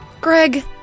Greg